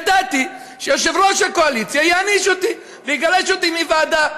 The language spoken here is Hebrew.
ידעתי שיושב-ראש הקואליציה יעניש אותי ויגרש אותי מוועדה.